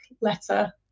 letter